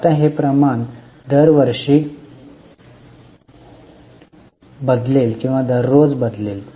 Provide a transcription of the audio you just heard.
आता हे प्रमाण दरवर्षी बदलेल की दररोज बदलेल